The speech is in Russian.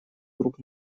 групп